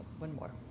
one more.